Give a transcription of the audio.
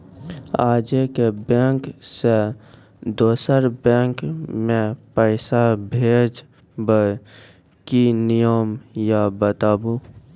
आजे के बैंक से दोसर बैंक मे पैसा भेज ब की नियम या बताबू?